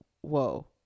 whoa